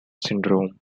syndrome